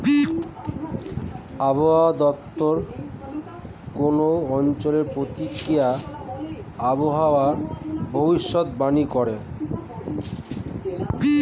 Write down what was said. আবহাওয়া দপ্তর কোন অঞ্চলের প্রাকৃতিক আবহাওয়ার ভবিষ্যতবাণী করে